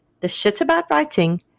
theshitaboutwriting